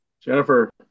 Jennifer